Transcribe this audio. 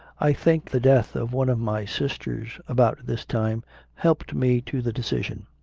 i think the death of one of my sisters about this time helped me to the decision.